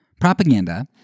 Propaganda